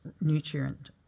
nutrient